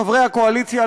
חברי הקואליציה,